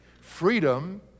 Freedom